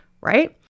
right